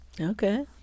Okay